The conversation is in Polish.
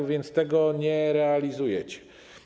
A więc tego nie realizujecie.